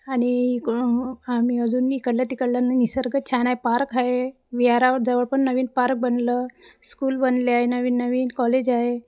आणि आम्ही अजून इकडल्या तिकडल्यानं निसर्ग छान आहे पार्क आहे विहारावर जवळ पण नवीन पार्क बनलं स्कूल बनले आहे नवीन नवीन कॉलेज आहे